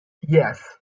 yes